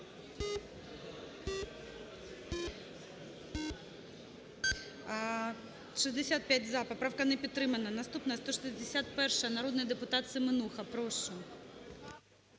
За-65 Поправка не підтримана. Наступна – 161-а. Народний депутат Семенуха. Прошу.